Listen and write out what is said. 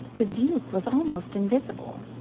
the duke was almost invisible.